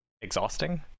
exhausting